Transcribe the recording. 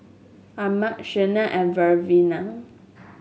Armand Shanae and Lavina